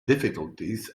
difficulties